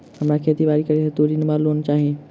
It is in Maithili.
हमरा खेती बाड़ी करै हेतु ऋण वा लोन चाहि?